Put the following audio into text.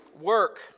Work